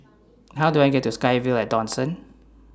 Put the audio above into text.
How Do I get to SkyVille At Dawson